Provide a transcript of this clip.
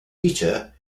dieter